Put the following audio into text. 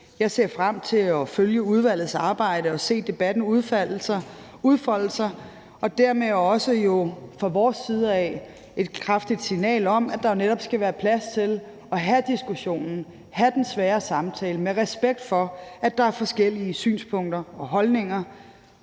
Jeg ser frem til at følge udvalgets arbejde og se debatten udfolde sig, og dermed er der også fra vores side et kraftigt signal om, at der jo netop skal være plads til at have diskussionen og have den svære samtale med respekt for, at der er forskellige synspunkter og holdninger,